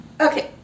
Okay